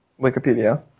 wikipedia